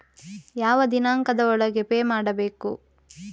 ಯಾವ ದಿನಾಂಕದ ಒಳಗೆ ಪೇ ಮಾಡಬೇಕು?